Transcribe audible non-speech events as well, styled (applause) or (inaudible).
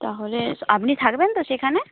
তাহলে (unintelligible) আপনি থাকবেন তো সেখানে